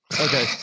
okay